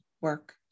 work